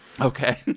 Okay